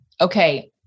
Okay